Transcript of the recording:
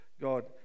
god